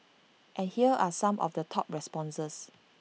and here are some of the top responses